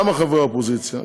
למה חברי האופוזיציה?